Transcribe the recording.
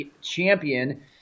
champion